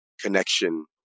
connection